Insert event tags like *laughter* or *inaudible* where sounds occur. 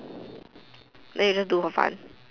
*noise* then you just do for fun